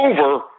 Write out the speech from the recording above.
over